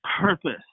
purpose